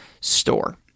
store